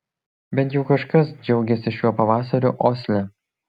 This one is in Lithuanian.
bent jau kažkas džiaugėsi šiuo pavasariu osle